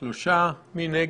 הצבעה בעד, 3 נגד,